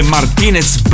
Martinez